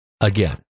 again